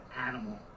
animal